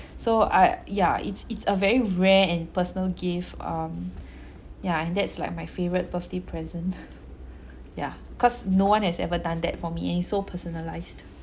so I yeah it's it's a very rare and personal gift um yeah and that's like my favourite birthday present ya cause no one has ever done that for me and it's so personalised